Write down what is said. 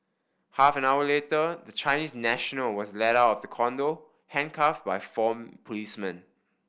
half an hour later the Chinese national was led out of the condo handcuffed by four policemen